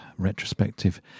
retrospective